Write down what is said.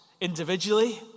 individually